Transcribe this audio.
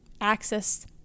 access